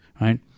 Right